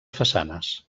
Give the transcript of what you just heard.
façanes